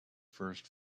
first